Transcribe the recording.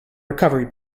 recovery